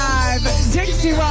Dixie